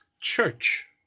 Church